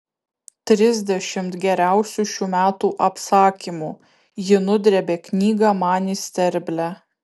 trisdešimt geriausių šių metų apsakymų ji nudrėbė knygą man į sterblę